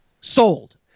Sold